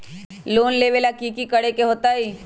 Loan लेबे ला की कि करे के होतई?